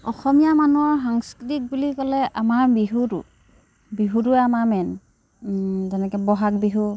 অসমীয়া মানুহৰ সংস্কৃতি বুলি ক'লে আমাৰ বিহুটো বিহুটোৱে আমাৰ মেইন যেনেকৈ ব'হাগ বিহু